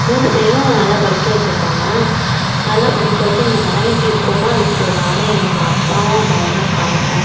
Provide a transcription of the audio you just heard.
மூணு பேரையும் நல்லா படிக்க வச்சிருக்காங்க நல்லா படிக்க வச்சு இந்த நிலைமைக்கு இருக்கோம்னா அதுக்கு நானும் எங்கள் அப்பாவும் அம்மாவும் தான் காரணம்